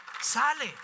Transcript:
sale